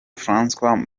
francois